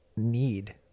Need